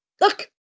Look